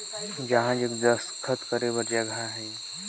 दस्खत कहा जग करो?